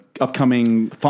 upcoming